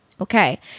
Okay